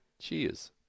cheers